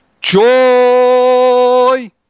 joy